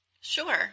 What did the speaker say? Sure